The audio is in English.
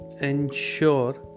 ensure